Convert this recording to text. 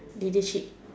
leadership